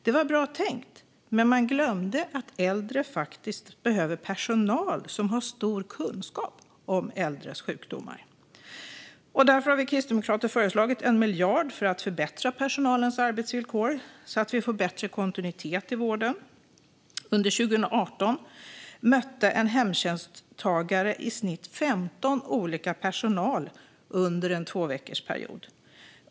Det var bra tänkt, men man glömde att äldre faktiskt behöver personal som har stor kunskap om äldres sjukdomar. Därför har vi kristdemokrater föreslagit 1 miljard för att förbättra personalens arbetsvillkor, så att det blir bättre kontinuitet i vården. Under 2018 mötte en hemtjänsttagare i snitt 15 olika personal under en tvåveckorsperiod.